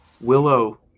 Willow